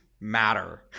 matter